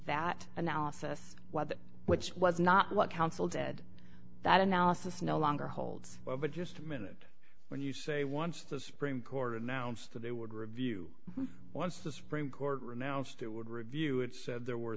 that analysis what that which was not what counsel dead that analysis no longer holds but just a minute when you say once the supreme court announced that they would review once the supreme court renounced it would review it said there were